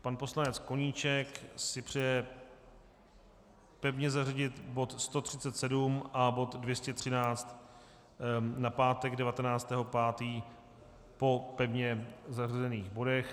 Pan poslanec Koníček si přeje pevně zařadit bod 137 a bod 213 na pátek 19. 5. po pevně zařazených bodech.